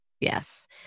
Yes